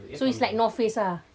so it's like north face ah